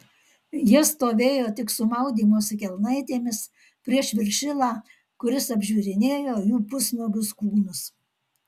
jie stovėjo tik su maudymosi kelnaitėmis prieš viršilą kuris apžiūrinėjo jų pusnuogius kūnus